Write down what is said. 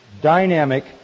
dynamic